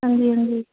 ਹਾਂਜੀ ਹਾਂਜੀ